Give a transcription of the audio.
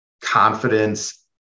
confidence